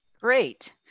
Great